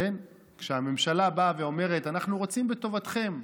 כשהממשלה באה ואומרת: אנחנו רוצים בטובתכם,